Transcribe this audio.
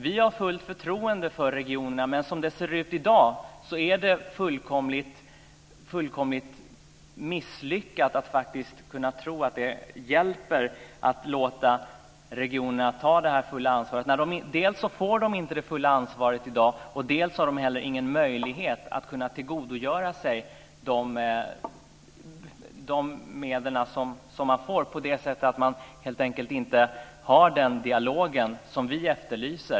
Vi har fullt förtroende för regionerna, men som det ser ut i dag är det ett misstag att tro att det hjälper att låta regionerna ta det fulla ansvaret. Dels får de inte de fulla ansvaret i dag, dels har de heller ingen möjlighet att tillgodogöra sig de medel som utbetalas eftersom man inte för den dialog som vi efterlyser.